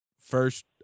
First